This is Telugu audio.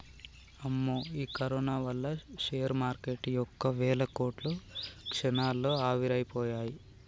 అమ్మో ఈ కరోనా వల్ల షేర్ మార్కెటు యొక్క వేల కోట్లు క్షణాల్లో ఆవిరైపోయాయి